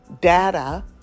data